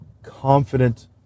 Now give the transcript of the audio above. confident